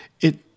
It